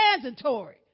Transitory